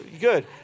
Good